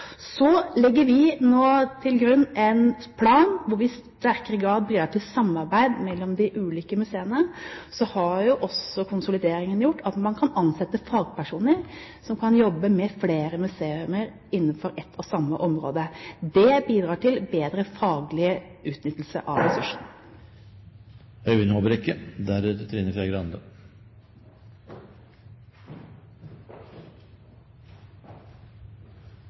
Så legger vi nå til grunn en plan hvor vi i sterkere grad bidrar til samarbeid mellom de ulike museene. Konsolideringen har også gjort at man kan ansette fagpersoner som kan jobbe med flere museer innenfor ett og samme område. Det bidrar til bedre faglig utnyttelse av